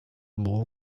było